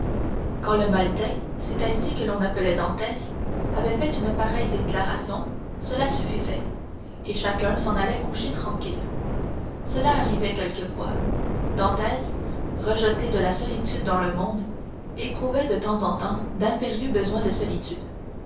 quand le maltais c'est ainsi que l'on appelait dantès avait fait une pareille déclaration cela suffisait et chacun s'en allait coucher tranquille cela arrivait quelquefois dantès rejeté de la solitude dans le monde éprouvait de temps en temps d'impérieux besoins de solitude